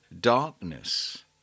Darkness